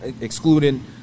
Excluding